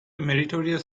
meritorious